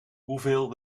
hoeveel